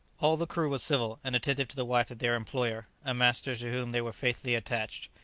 all the crew were civil and attentive to the wife of their employer, a master to whom they were faithfully attached.